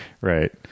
Right